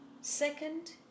second